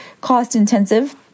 cost-intensive